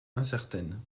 incertaine